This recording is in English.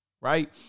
right